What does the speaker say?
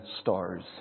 stars